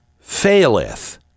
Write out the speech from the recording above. faileth